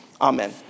Amen